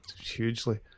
hugely